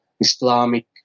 Islamic